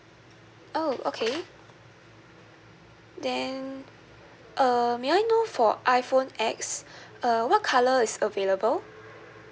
oh okay then uh may I know for iphone X uh what colour is available